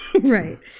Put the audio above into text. Right